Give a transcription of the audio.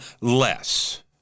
less